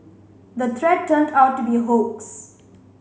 the threat turned out to be a hoax